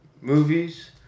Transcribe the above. Movies